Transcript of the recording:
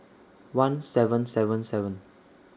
one seven seven seven